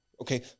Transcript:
okay